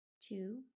two